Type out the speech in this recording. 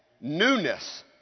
newness